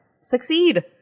Succeed